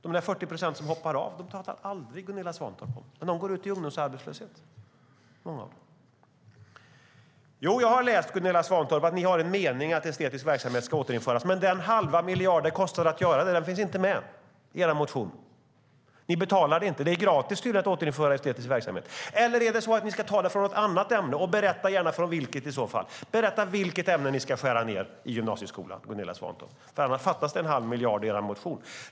Gunilla Svantorp pratar aldrig om de 40 procent som hoppar av. Men många av dem går ut i ungdomsarbetslöshet. Jo, jag har sett, Gunilla Svantorp, att ni har en mening om att estetisk verksamhet ska återinföras. Men den halva miljard som det kostar att göra det finns inte med i er motion. Ni betalar det inte. Det är tydligen gratis att återinföra estetisk verksamhet. Eller ska ni ta det från något annat ämne? Berätta gärna från vilket i så fall? Berätta vilket ämne som ni ska skära ned i gymnasieskolan, Gunilla Svantorp! Annars fattas det en halv miljard i er motion.